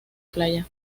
playa